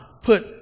put